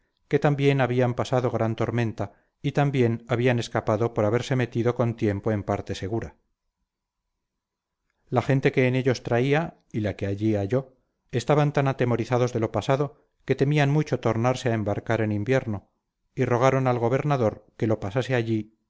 que también habían pasado gran tormenta y también habían escapado por haberse metido con tiempo en parte segura la gente que en ellos traía y la que allí halló estaban tan atemorizados de lo pasado que temían mucho tornarse a embarcar en invierno y rogaron al gobernador que lo pasase allí